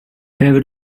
behöver